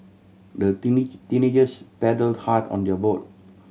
the teenagers paddled hard on their boat